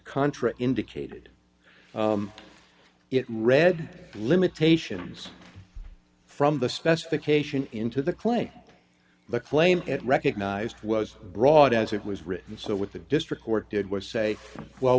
contra indicated it read limitations from the specification into the claim the claim at recognized was broad as it was written so what the district court did was say well